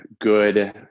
good